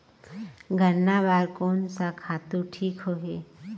गन्ना बार कोन सा खातु ठीक होही?